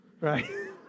right